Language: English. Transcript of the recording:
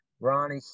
Ronnie